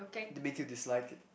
to make you dislike it